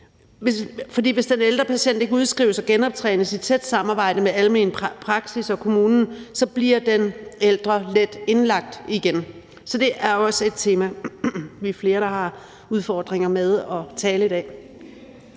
hvis den ældre patient ikke udskrives og genoptrænes i tæt samarbejde med almen praksis og kommunen, bliver den ældre let indlagt igen, så det er jo også et tema. Forebyggelse er kæmpestor del af løsningen